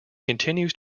continues